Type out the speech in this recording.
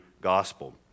gospel